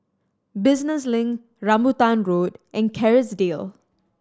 Business Link Rambutan Road and Kerrisdale